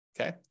okay